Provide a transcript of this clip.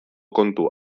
kontu